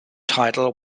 title